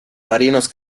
marinos